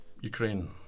Ukraine